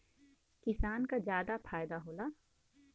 किसान क जादा फायदा होला